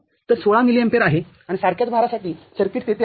तरहे १६ मिलिअम्पियर आहे आणि सारख्याच भारासाठीसर्किट तेथे आहे